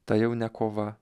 tai jau ne kova